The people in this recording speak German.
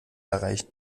erreichen